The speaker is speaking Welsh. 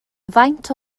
faint